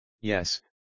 Yes